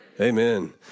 Amen